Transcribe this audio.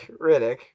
Riddick